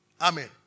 Amen